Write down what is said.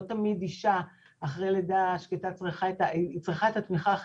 תמיד אישה אחרי לידה שקטה צריכה את התמיכה באופן מיידי,